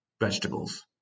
vegetables